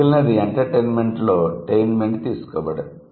మిగిలినది ఎంటర్టెయిన్మెంట్ లో 'tainment' తీసుకోబడింది